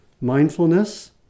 Mindfulness